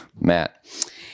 Matt